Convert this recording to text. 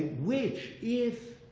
which, if